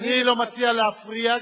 אני לא מציע להפריע,